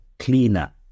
cleaner